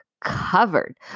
covered